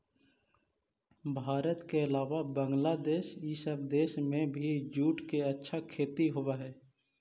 भारत के अलावा बंग्लादेश इ सब देश में भी जूट के अच्छा खेती होवऽ हई